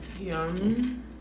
Yum